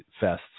fests